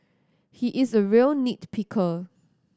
he is a real nit picker